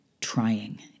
Trying